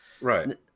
Right